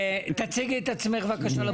תציגי את עצמך בבקשה לפרוטוקול.